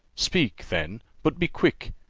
speak, then, but be quick,